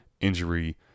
injury –